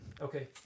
Okay